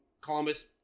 Columbus